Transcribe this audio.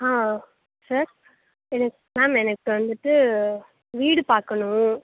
ஆ sir எனக் ma'am எனக்கு வந்துவிட்டு வீடு பார்க்கணும்